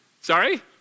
Sorry